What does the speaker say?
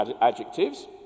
adjectives